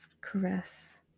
caress